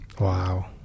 wow